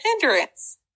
hindrance